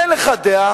אין לך דעה?